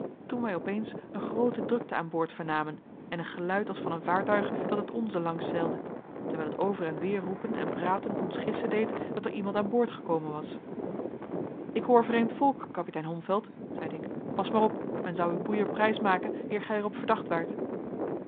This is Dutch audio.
toen wij opeens een groote drukte aan boord vernamen en een geluid als van een vaartuig dat het onze langs zeilde terwijl het over en weer roepen en praten ons gissen deed dat er iemand aan boord gekomen was ik hoor vreemd volk kapitein holmfeld zeide ik pas maar op men zou uw boeier prijsmaken eer gij er op verdacht waart